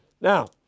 Now